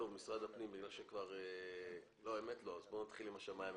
השמאי הממשלתי.